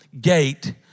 gate